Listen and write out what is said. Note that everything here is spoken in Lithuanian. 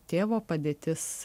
tėvo padėtis